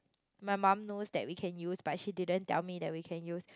my mum knows that we can use but she didn't tell me that we can use